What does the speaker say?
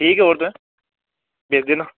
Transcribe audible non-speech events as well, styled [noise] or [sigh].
ठीक हे [unintelligible] भेज देना